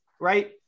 right